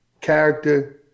character